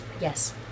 Yes